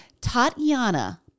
Tatiana